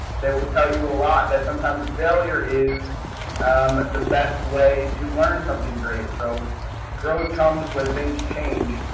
they will tell you a lot that sometimes failure is um the best way to learn something great. so growth comes with things change.